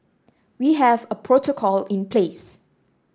we have a protocol in place